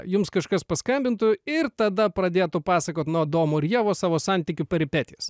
jums kažkas paskambintų ir tada pradėtų pasakot nuo adomo ir ievos savo santykių peripetijas